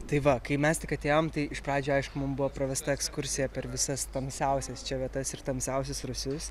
tai va kai mes tik atėjom tai iš pradžių aišku mums buvo pravesta ekskursija per visas tamsiausias čia vietas ir tamsiausius rūsius